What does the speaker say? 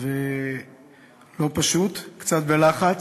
לא פשוט, קצת בלחץ.